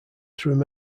through